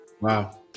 Wow